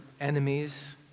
enemies